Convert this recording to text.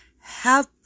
help